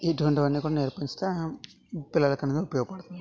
ఇటువంటివి అన్నీ కూడా నేర్పిస్తే పిల్లలకు అనేది ఉపయోగపడుతుంది